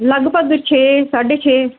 ਲੱਗਭਗ ਛੇ ਸਾਢੇ ਛੇ